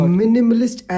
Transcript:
minimalist